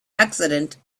accident